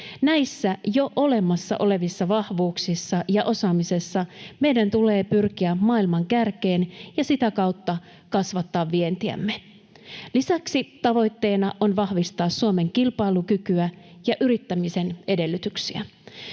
Näissä jo olemassa olevissa vahvuuksissa ja osaamisessa meidän tulee pyrkiä maailman kärkeen ja sitä kautta kasvattaa vientiämme. Lisäksi tavoitteena on vahvistaa Suomen kilpailukykyä ja yrittämisen edellytyksiä.